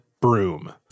broom